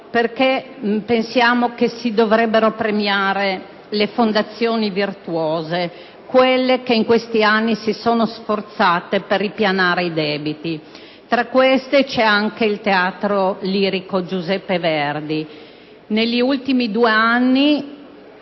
perché riteniamo che si dovrebbero premiare le fondazioni virtuose, quelle che in questi anni si sono sforzate per ripianare i debiti. Tra queste c'è anche il Teatro lirico Giuseppe Verdi, che negli ultimi due anni